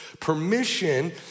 Permission